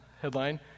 headline